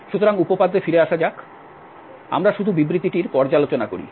সুতরাং উপপাদ্যে ফিরে আসা যাক আমরা শুধু বিবৃতিটির পর্যালোচনা করি